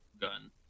gun